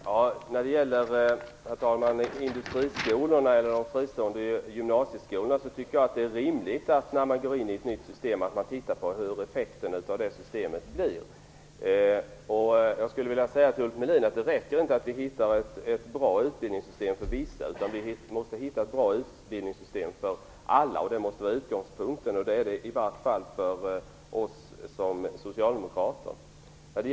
Herr talman! Vad beträffar industriskolorna eller de fristående gymnasieskolorna tycker jag att det är rimligt, när man går in i ett nytt system, att man tittar på vilka effekterna av det blir. Jag vill säga till Ulf Melin att det räcker inte att vi hittar ett bra utbildningssystem för vissa, utan vi måste hitta ett bra utbildningssystem för alla. Det måste vara utgångspunkten, och det är den i vart fall för oss socialdemokrater.